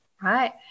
right